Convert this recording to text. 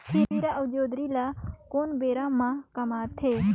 खीरा अउ जोंदरी ल कोन बेरा म कमाथे?